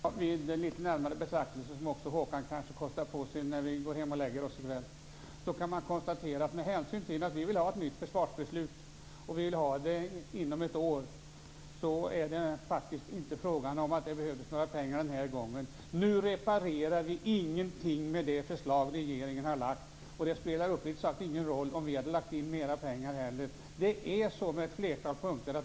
Fru talman! Vid närmare betraktelse - vilket Håkan Juholt kanske också kostar på sig när han går hem och lägger sig i kväll - kan man konstatera att med hänsyn till att vi vill ha ett nytt försvarsbeslut inom ett år, är det faktiskt inte fråga om att det behövs några nya pengar den här gången. Nu reparerar vi ingenting med det förslag som regeringen har lagt fram. Det spelar uppriktigt sagt ingen roll om vi hade lagt in mera pengar. Det hade inte hjälpt på ett flertal punkter.